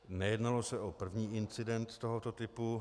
Nejednalo se o první incident tohoto typu.